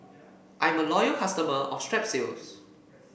I'm a loyal customer of Strepsils